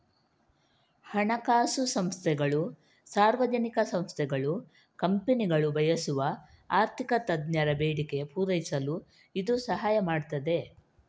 ಹಣಕಾಸು ಸಂಸ್ಥೆಗಳು, ಸಾರ್ವಜನಿಕ ಸಂಸ್ಥೆಗಳು, ಕಂಪನಿಗಳು ಬಯಸುವ ಆರ್ಥಿಕ ತಜ್ಞರ ಬೇಡಿಕೆ ಪೂರೈಸಲು ಇದು ಸಹಾಯ ಮಾಡ್ತದೆ